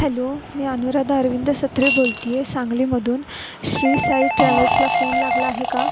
hello मी अनुराधा अरविंद सत्रे बोलते आहे सांगलीमधून श्री साई ट्रॅव्हल्सला फोन लागला आहे का